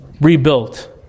rebuilt